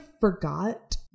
forgot